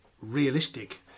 realistic